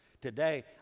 Today